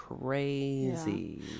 crazy